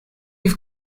have